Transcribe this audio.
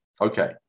Okay